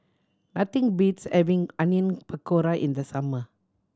nothing beats having Onion Pakora in the summer